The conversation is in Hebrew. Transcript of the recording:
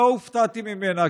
לא הופתעתי ממנה,